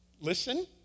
Listen